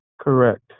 correct